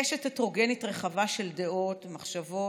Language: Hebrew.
קשת הטרוגנית רחבה של דעות ומחשבות,